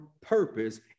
purpose